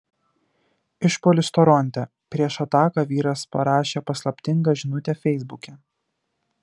išpuolis toronte prieš ataką vyras parašė paslaptingą žinutę feisbuke